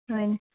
ꯍꯣꯏꯅꯦ